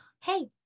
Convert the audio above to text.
Hey